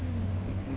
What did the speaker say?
mm